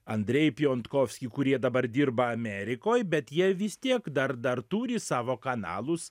andrej pjondkovskį kurie dabar dirba amerikoj bet jie vis tiek dar dar turi savo kanalus